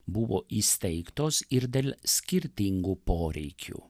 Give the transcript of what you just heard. buvo įsteigtos ir dėl skirtingų poreikių